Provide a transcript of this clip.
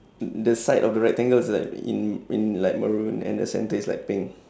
the side of the rectangle is like in in like maroon and the centre is like pink